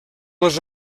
les